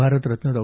Bharat Ratna Dr